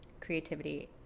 Creativity